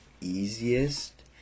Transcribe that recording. easiest